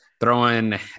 throwing